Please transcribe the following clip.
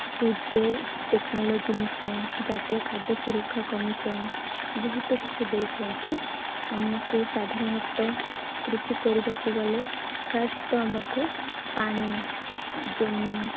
ଟୁଜେ technology mission ଜାତୀୟ ଖାଦ୍ୟ ସୁରକ୍ଷା କମିସନ ବହୁତ କିଛି ଦେଇଛନ୍ତି ଆମକୁ ସାଧାରଣତଃ କୃଷି କରିବାକୁ ଗଲେ ଫାଷ୍ଟ ତ ଆମକୁ ପାଣି ଜମି